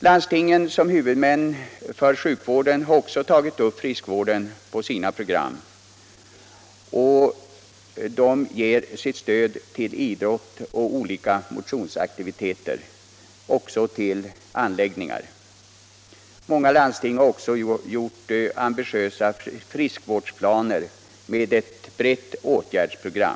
Landstingen har som huvudmän för sjukvården också tagit upp friskvård på sina program och ger stöd till idrott och olika motionsaktiviteter samt även till anläggningar. Många landsting har också upprättat ambitiösa friskvårdsplaner med ett brett åtgärdsprogram.